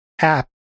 app